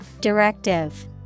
Directive